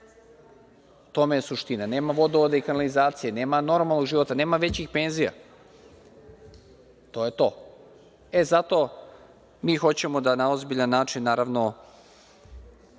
tome je suština, nema vodovoda i kanalizacije, nema normalnog života, nema većih penzija. To je to. Zato mi hoćemo da na ozbiljan način, naravno,